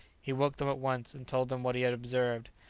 he woke them at once, and told them what he had observed.